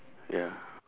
ya